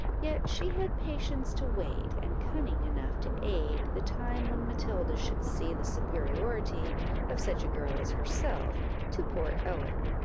yet she had patience to wait, and cunning enough to aid, the time when matilda should see the superiority of such a girl as herself to poor ellen,